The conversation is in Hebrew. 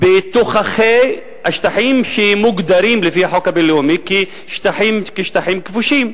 בתוככי השטחים שמוגדרים על-פי החוק הבין-לאומי כשטחים כבושים,